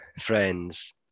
friends